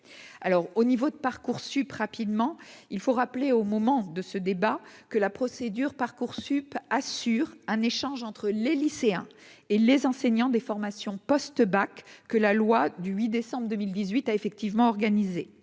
au niveau de Parcoursup rapidement, il faut rappeler au moment de ce débat que la procédure Parcoursup assure un échange entre les lycéens et les enseignants des formations post-bac, que la loi du 8 décembre 2018 a effectivement organiser